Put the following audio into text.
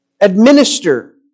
administer